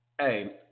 Hey